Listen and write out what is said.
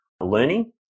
learning